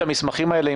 את המסמכים האלה,